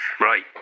Right